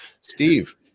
steve